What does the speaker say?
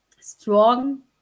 strong